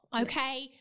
okay